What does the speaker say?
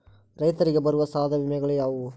ರೈತರಿಗೆ ಬರುವ ಸಾಲದ ವಿಮೆಗಳು ಯಾವುವು?